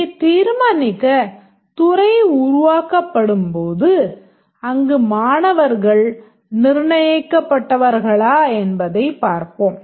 இதைத் தீர்மானிக்க துறை உருவாக்கப்படும்போது அங்கு மாணவர்கள் நிர்ணயிக்கப் பட்டவர்களா என்பதைப் பார்ப்போம்